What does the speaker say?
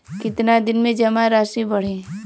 कितना दिन में जमा राशि बढ़ी?